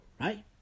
Right